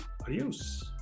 Adios